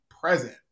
present